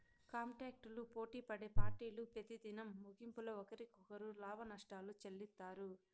కాంటాక్టులు పోటిపడే పార్టీలు పెతిదినం ముగింపుల ఒకరికొకరు లాభనష్టాలు చెల్లిత్తారు